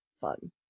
fun